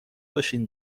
باشین